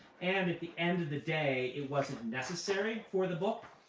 and at the end of the day, it wasn't necessary for the book.